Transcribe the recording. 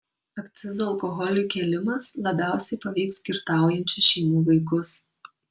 akcizų alkoholiui kėlimas labiausiai paveiks girtaujančių šeimų vaikus